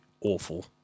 awful